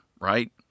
right